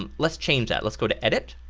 um lets change that, lets go to edit,